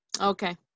Okay